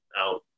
out